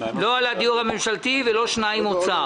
לא על הדיור הממשלתי ולא על הבקשות של משרד האוצר.